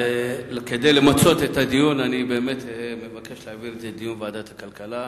כדי למצות את הדיון אני אבקש להעביר את זה לדיון בוועדת הכלכלה,